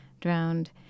drowned